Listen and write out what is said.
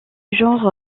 genre